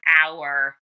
hour